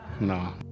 no